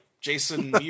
Jason